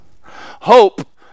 hope